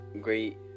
great